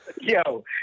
Yo